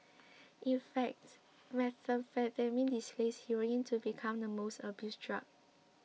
in fact methamphetamine displaced heroin to become the most abused drug